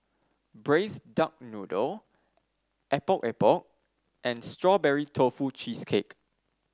Braised Duck Noodle Epok Epok and Strawberry Tofu Cheesecake